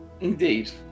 Indeed